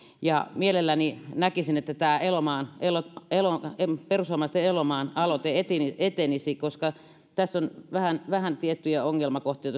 ja mielelläni näkisin että tämä perussuomalaisten elomaan aloite etenisi koska tuossa kiljusen aloitteessa on vähän vähän tiettyjä ongelmakohtia